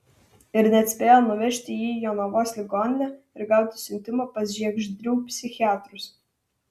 ir net spėjo nuvežti jį į jonavos ligoninę ir gauti siuntimą pas žiegždrių psichiatrus